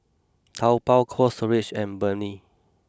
Taobao Cold Storage and Burnie